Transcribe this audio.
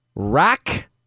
Rack